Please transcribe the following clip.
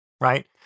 right